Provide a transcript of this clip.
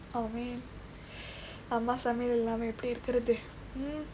oh man அம்மா சமையல் இல்லாம எப்படி இருக்கிறது:ammaa samaiyal illaama eppadi irukkirathu hmm